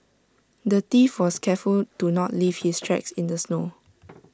the thief was careful to not leave his tracks in the snow